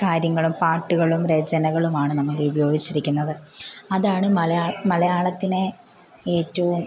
കാര്യങ്ങളും പാട്ടുകളും രചനകളുമാണ് നമ്മളുപയോഗിച്ചിരിക്കുന്നത് അതാണ് മലയാള മലയാളത്തിനെ ഏറ്റവും